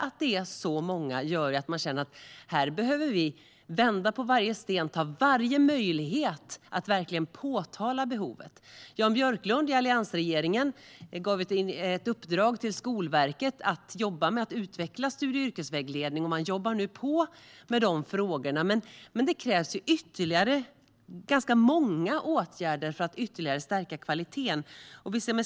Att det är så många gör att man känner: Här behöver vi vända på varje sten och ta vara på varje möjlighet att framhålla behovet. Jan Björklund gav i alliansregeringen ett uppdrag till Skolverket att jobba med att utveckla studie och yrkesvägledningen. Man jobbar nu på med de frågorna, men det krävs ganska många åtgärder ytterligare för att ytterligare stärka kvaliteten.